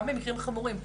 גם במקרים חמורים,